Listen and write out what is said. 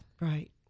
Right